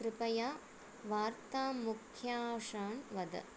कृपया वार्तामुख्यांशान् वद